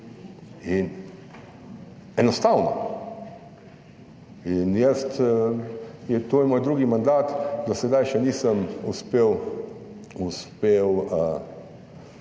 in enostavno, in jaz, je, to je moj drugi mandat, do sedaj še nisem uspel, uspel